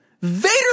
Vader